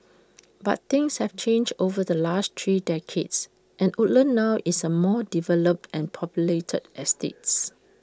but things have changed over the last three decades and Woodlands now is A more developed and populated estates